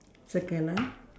circle ah